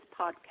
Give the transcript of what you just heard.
podcast